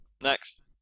Next